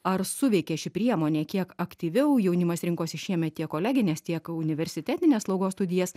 ar suveikė ši priemonė kiek aktyviau jaunimas rinkosi šiemet tiek koleginės tiek universitetinės slaugos studijas